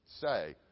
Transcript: say